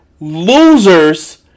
losers